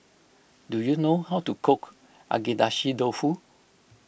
do you know how to cook Agedashi Dofu